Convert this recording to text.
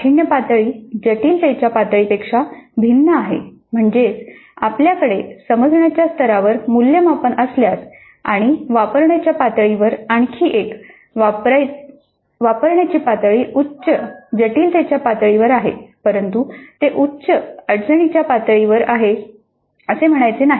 काठिण्य पातळी जटिलतेच्या पातळीपेक्षा भिन्न आहे म्हणजेच आपल्याकडे समजण्याच्या स्तरावर मूल्यमापन असल्यास आणि वापरण्याच्या पातळीवर आणखी एक वापरण्याची पातळी उच्च जटिलतेच्या पातळीवर आहे परंतु ते उच्च अडचणीच्या पातळीवर आहे असे म्हणायचे नाही